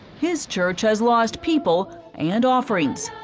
his church has lost people and offerings.